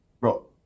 bro